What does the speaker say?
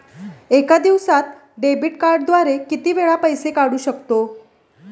एका दिवसांत डेबिट कार्डद्वारे किती वेळा पैसे काढू शकतो?